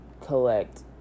collect